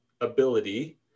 ability